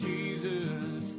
Jesus